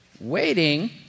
waiting